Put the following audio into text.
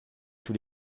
tous